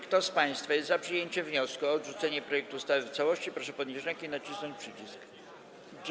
Kto z państwa jest za przyjęciem wniosku o odrzucenie projektu ustawy w całości, proszę podnieść rękę i nacisnąć przycisk.